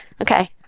Okay